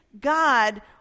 God